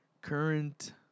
current –